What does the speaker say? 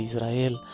rael,